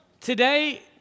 Today